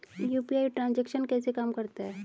UPI transaction कैसे काम करता है?